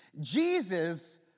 Jesus